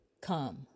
come